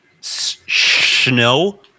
Snow